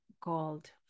called